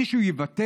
מישהו יוותר?